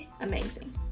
amazing